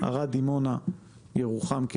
ערד-דימונה-ירוחם.